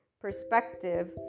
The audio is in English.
perspective